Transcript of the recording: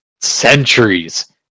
centuries